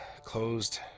closed